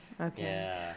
okay